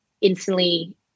instantly